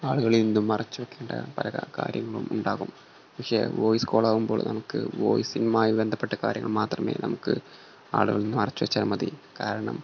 ആളുകളിൽ നിന്നും മറച്ചു വെക്കേണ്ട പല കാര്യങ്ങളും ഉണ്ടാകും പക്ഷെ വോയിസ് കോളാകുമ്പോൾ നമുക്ക് വോയിസിനുമായി ബന്ധപ്പെട്ട കാര്യങ്ങൾ മാത്രമേ നമുക്ക് ആളുകളിൽ നിന്നും മറച്ചു വെച്ചാൽ മതി കാരണം